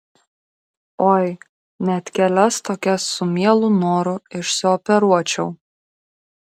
oi net kelias tokias su mielu noru išsioperuočiau